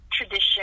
tradition